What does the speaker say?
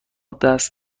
دست